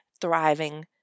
thriving